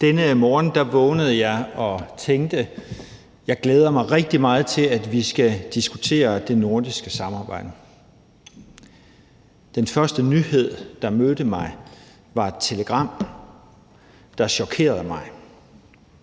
Denne morgen vågnede jeg og tænkte: Jeg glæder mig rigtig meget til, at vi skal diskutere det nordiske samarbejde. Den første nyhed, der mødte mig, var et telegram, der chokerede mig.